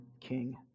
king